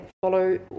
follow